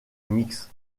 mixte